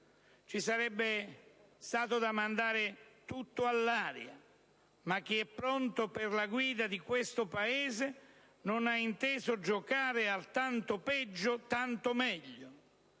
Ci sarebbe stato da mandare tutto all'aria, ma chi è pronto per la guida di questo Paese non ha inteso giocare al "tanto peggio, tanto meglio":